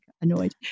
annoyed